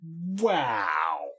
Wow